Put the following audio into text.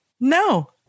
no